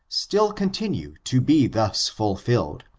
still continue to be thus fulfilled,